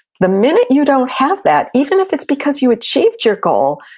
the minute you don't have that, even if it's because you achieved your goal,